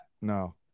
No